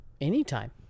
anytime